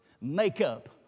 makeup